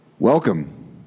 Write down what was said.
Welcome